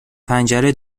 پنجره